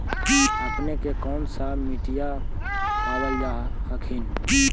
अपने के कौन सा मिट्टीया पाबल जा हखिन?